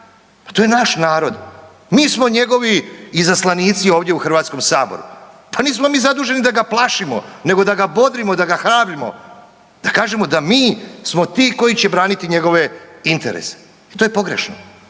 to je naš narod, mi smo njegovi izaslanici u Hrvatskom saboru. Pa nismo mi zaduženi da ga plašimo, nego da ga bodrimo, da ga hrabrimo. Da kažemo da mi smo ti koji će braniti njegove interese. I to je pogrešno